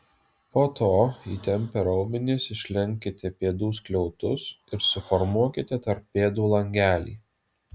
po to įtempę raumenis išlenkite pėdų skliautus ir suformuokite tarp pėdų langelį